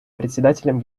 председателем